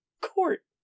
Court